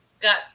got